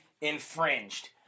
infringed